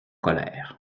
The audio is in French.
colère